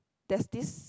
there's this